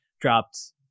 dropped